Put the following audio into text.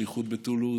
שליחות בטולוז,